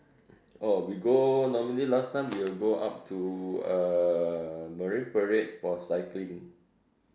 oh we go normally last time we will go up to uh Marine Parade for cycling